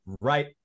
right